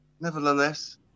Nevertheless